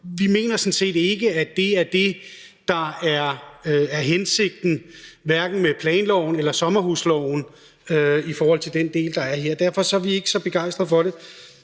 vi mener sådan set ikke, at det er det, der er hensigten med planloven eller sommerhusloven i forhold til den del, der er her. Derfor er vi ikke så begejstrede for det.